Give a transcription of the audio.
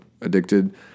addicted